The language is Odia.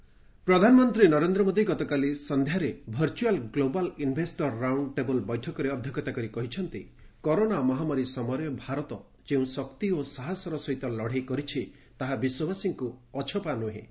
ପିଏମ୍ ପ୍ରଧାନମନ୍ତ୍ରୀ ନରେନ୍ଦ୍ର ମୋଦୀ ଗତକାଲି ସନ୍ଧ୍ୟାରେ virtual global investor round table ବୈଠକରେ ଅଧ୍ୟକ୍ଷତା କରି କହିଛନ୍ତି କରୋନା ମହାମାରୀ ସମୟରେ ଭାରତ ଯେଉଁ ଶକ୍ତି ଓ ସାହସର ସହିତ ଲଢ଼େଇ କରିଛି ତାହା ବିଶ୍ୱବାସୀଙ୍କୁ ଅଛପା ନୁହେଁ